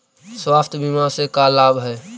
स्वास्थ्य बीमा से का लाभ है?